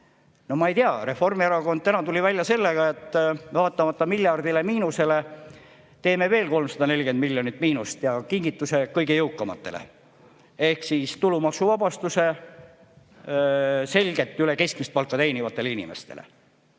ma ei tea, Reformierakond tuli täna välja sellega, et vaatamata miljardilisele miinusele teeme veel 340 miljonit miinust ja kingituse kõige jõukamatele ehk tulumaksuvabastuse selgelt üle keskmist palka teenivatele inimestele.